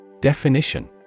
Definition